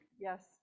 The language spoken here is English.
Yes